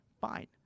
fine